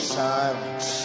silence